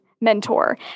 mentor